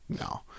no